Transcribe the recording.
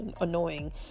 annoying